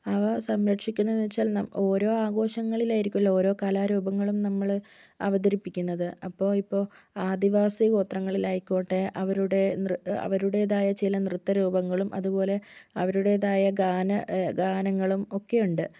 അവ സംരക്ഷിക്കുന്നതെന്ന് വെച്ചാൽ നം ഓരോ ആഘോഷങ്ങളിലായിരിക്കുമല്ലോ ഓരോ കലാരൂപങ്ങളും നമ്മൾ അവതരിപ്പിക്കുന്നത് അപ്പോൾ ഇപ്പോൾ ആദിവാസി ഗോത്രങ്ങളിൽ ആയിക്കോട്ടെ അവരുടെ നൃ അവരുടെതായ ചില നൃത്ത രൂപങ്ങളും അതുപോലെ അവരുടേതായ ഗാന ഗാനങ്ങളും ഒക്കെയുണ്ട്